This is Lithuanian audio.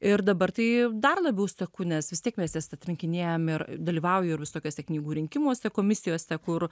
ir dabar tai dar labiau seku nes vis tiek mes jas atrinkinėjam ir dalyvauju ir visokiuose knygų rinkimuose komisijose kur